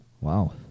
Wow